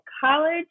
college